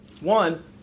One